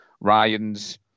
Ryan's